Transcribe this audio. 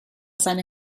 seine